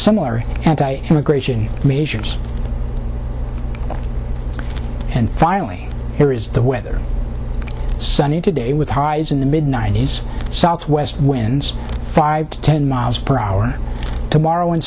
similar anti immigration measures and finally here is the weather sunny today with highs in the mid ninety's southwest winds five to ten miles per hour tomorrow